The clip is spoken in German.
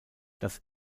das